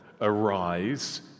arise